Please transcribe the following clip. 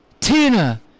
Tina